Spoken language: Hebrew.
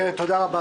תודה רבה,